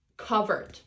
covered